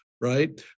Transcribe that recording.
Right